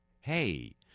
hey